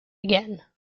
again